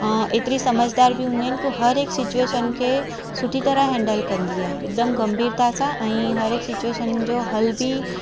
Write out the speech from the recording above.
अ एतिरी समझदार बि हूंदियूं आहिनि की हर हिक सिचुएशन खे सुठी तरह हेंडल कंदी आहे हिकदमि गंभीरता सां ऐं सिचुएशन जो हल बि